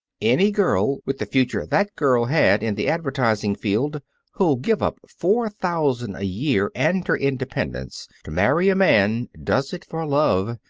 any girl with the future that girl had in the advertising field who'll give up four thousand a year and her independence to marry a man does it for love,